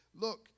look